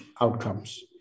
outcomes